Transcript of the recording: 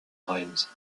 rimes